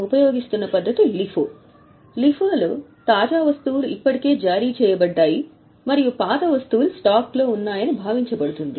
ఇక్కడ LIFO లో తాజా అంశాలు ఇప్పటికే జారీ చేయబడ్డాయి మరియు పురాతన వస్తువులు స్టాక్లో ఉన్నాయని భావించబడుతుంది